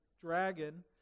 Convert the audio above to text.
dragon